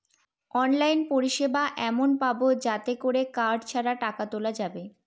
online পরিষেবা এমন পাবো যাতে করে কার্ড ছাড়া টাকা তোলা যাবে